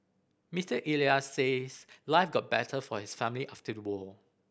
Mister Elias says life got better for his family after the war